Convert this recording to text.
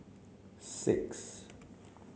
six